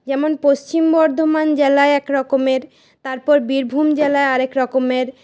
যেমন পশ্চিম বর্ধমান জেলায় এক রকমের তারপর বীরভূম জেলায় আর এক রকমের